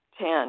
Ten